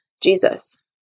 Jesus